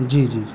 جی جی جی